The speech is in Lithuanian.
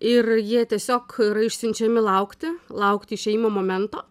ir jie tiesiog yra išsiunčiami laukti laukti išėjimo momento